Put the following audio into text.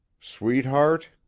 sweetheart